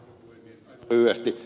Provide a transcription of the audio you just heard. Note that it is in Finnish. aivan lyhyesti